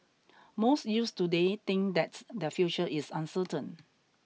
most youths today think that their future is uncertain